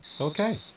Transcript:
okay